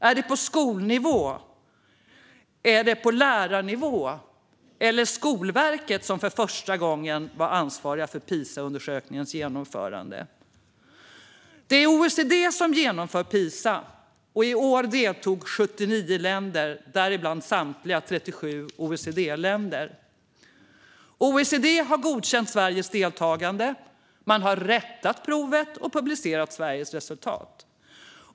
Är det på skolnivå? Är det på lärarnivå? Beror det på Skolverket som för första gången var ansvarigt för PISA-undersökningens genomförande? Det är OECD som genomför PISA. I år deltog 79 länder, däribland samtliga 37 OECD-länder. OECD har godkänt Sveriges deltagande. Man har rättat provet och publicerat Sveriges resultat.